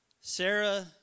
Sarah